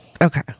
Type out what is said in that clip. Okay